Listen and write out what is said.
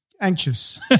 anxious